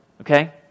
okay